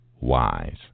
wise